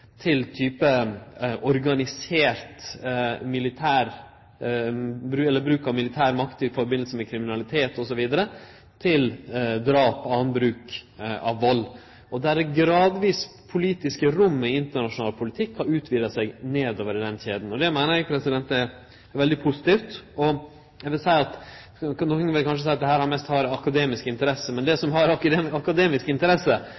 til type organisert bruk av militær makt i forbindelse med kriminalitet osv. til drap og annan bruk av vald, og der det politiske rommet i internasjonal politikk gradvis har utvida seg nedover i den kjeda. Det meiner eg er veldig positivt. Nokre vil kanskje seie at dette har mest akademisk interesse, men det som har akademisk interesse, bør ofte ha meir interesse enn det